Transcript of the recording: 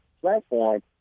platform